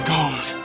Gold